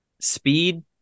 speed